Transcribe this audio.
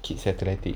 kid's athletic